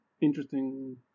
interesting